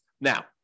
Now